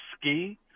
ski